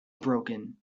broken